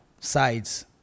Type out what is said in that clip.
sides